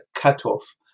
cutoff